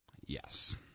Yes